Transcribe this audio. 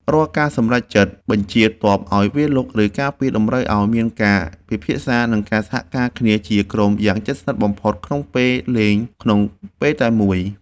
រាល់ការសម្រេចចិត្តបញ្ជាទ័ពឱ្យវាយលុកឬការពារតម្រូវឱ្យមានការពិភាក្សានិងការសហការគ្នាជាក្រុមយ៉ាងជិតស្និទ្ធបំផុតក្នុងពេលលេងក្នុងពេលតែមួយ។